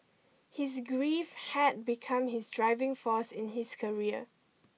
his grief had become his driving force in his career